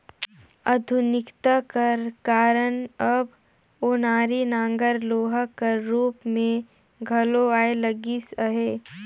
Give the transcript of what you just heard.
आधुनिकता कर कारन अब ओनारी नांगर लोहा कर रूप मे घलो आए लगिस अहे